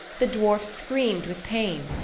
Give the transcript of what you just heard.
the dwarf screamed with pain,